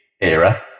era